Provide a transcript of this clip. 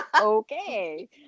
Okay